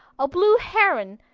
a blue heron,